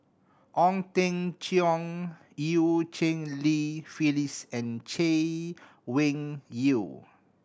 Ong Teng Cheong Eu Cheng Li Phyllis and Chay Weng Yew